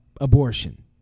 abortion